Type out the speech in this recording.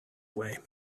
way